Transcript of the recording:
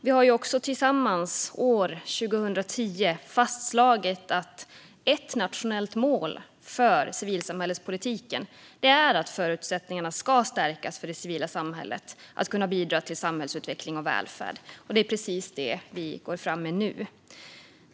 Vi fastslog också tillsammans år 2010 att ett nationellt mål för civilsamhällespolitiken är att förutsättningarna för det civila samhället att bidra till samhällsutveckling och välfärd ska stärkas. Det är precis det som vi går fram med nu.